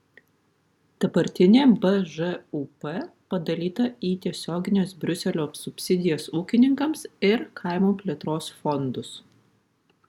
dabartinė bžūp padalyta į tiesiogines briuselio subsidijas ūkininkams ir kaimo plėtros fondus